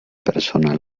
persona